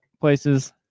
places